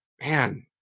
man